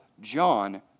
John